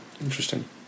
interesting